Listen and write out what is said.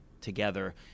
together